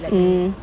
mm